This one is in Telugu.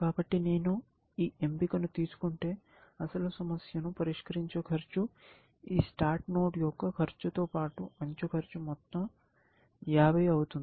కాబట్టి నేను ఈ ఎంపికను తీసుకుంటే అసలు సమస్యను పరిష్కరించే ఖర్చు ఈ START నోడ్ యొక్క ఖర్చుతో పాటు అంచు ఖర్చు మొత్తం 50 అవుతుంది